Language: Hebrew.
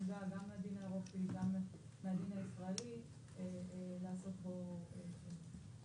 מהדין האירופי וגם מהדין הישראלי לעשות בו שימוש.